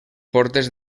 portes